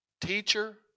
Teacher